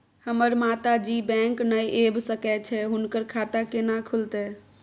हमर माता जी बैंक नय ऐब सकै छै हुनकर खाता केना खूलतै?